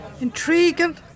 Intriguing